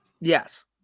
Yes